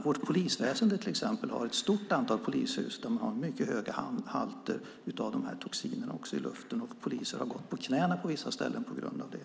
Vårt polisväsen har till exempel ett stort antal polishus där man har mycket höga halter av toxinerna i luften, och poliserna har på vissa ställen gått på knäna på grund av det.